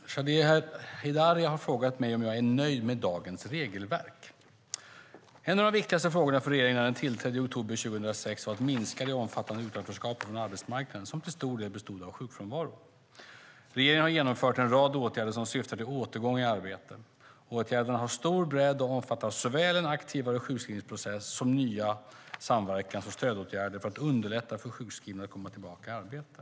Fru talman! Shadiye Heydari har frågat mig om jag är nöjd med dagens regelverk. En av de viktigaste frågorna för regeringen när den tillträdde i oktober 2006 var att minska det omfattande utanförskapet från arbetsmarknaden som till stor del bestod av sjukfrånvaro. Regeringen har genomfört en rad åtgärder som syftar till återgång i arbete. Åtgärderna har stor bredd och omfattar såväl en aktivare sjukskrivningsprocess som nya samverkans och stödåtgärder för att underlätta för sjukskrivna att komma tillbaka i arbete.